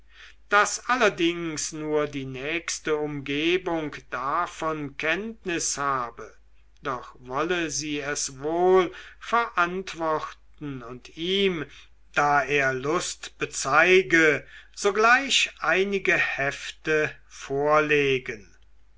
daß allerdings nur die nächste umgebung davon kenntnis habe doch wolle sie es wohl verantworten und ihm da er lust bezeige sogleich einige hefte vorlegen